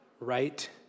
right